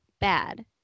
bad